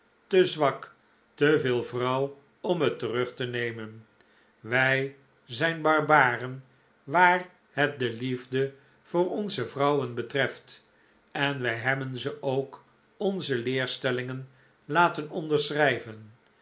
te zwak te veel vrouw om het terug te nemen wij zijn barbaren waar het de liefde voor onze vrouwen betreft en wij hebben ze ook onze leerstellingen laten onderschrijven